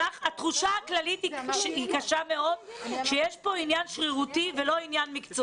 התחושה הכללית קשה מאוד והיא שיש פה עניין שרירותי ולא עניין מקצועי.